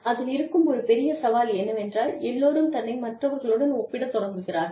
அதில் இருக்கும் ஒரு பெரிய சவால் என்னவென்றால் எல்லோரும் தன்னை மற்றவர்களுடன் ஒப்பிட தொடங்குகிறார்கள்